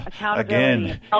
Again